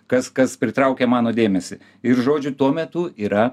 kas kas pritraukia mano dėmesį ir žodžiu tuo metu yra